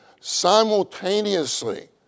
Simultaneously